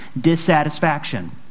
dissatisfaction